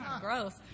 gross